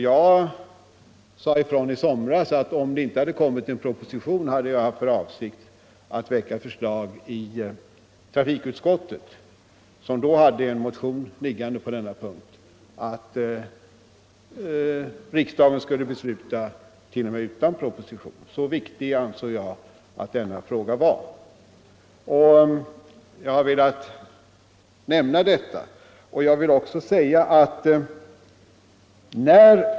Jag sade ifrån i somras att om det inte hade kommit en proposition hade jag haft för avsikt att väcka förslag i trafikutskottet, som då hade en motion liggande på denna punkt, att riksdagen skulle besluta t.o.m. utan proposition. Så viktig ansåg jag att denna fråga var. Jag har velat nämna detta.